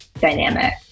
dynamic